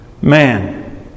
man